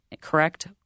correct